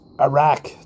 Iraq